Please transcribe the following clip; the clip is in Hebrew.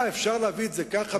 מה, אפשר להביא את זה ככה?